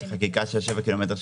יש את החקיקה של שבעה קילומטרים,